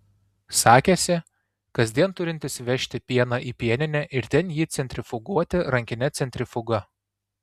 sakėsi kasdien turintis vežti pieną į pieninę ir ten jį centrifuguoti rankine centrifuga